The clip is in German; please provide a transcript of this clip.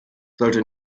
sollte